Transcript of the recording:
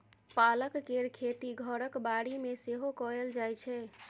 पालक केर खेती घरक बाड़ी मे सेहो कएल जाइ छै